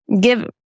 give